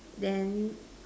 then